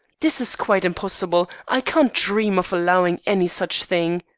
this is quite impossible. i can't dream of allowing any such thing